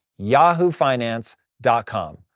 yahoofinance.com